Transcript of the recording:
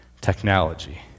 technology